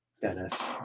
Dennis